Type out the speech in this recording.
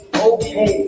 Okay